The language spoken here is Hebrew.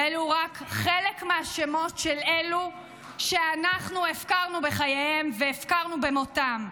ואלו רק חלק מהשמות של אלו שאנחנו הפקרנו בחייהם והפקרנו במותם.